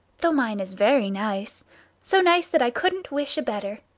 though mine is very nice so nice that i couldn't wish a better.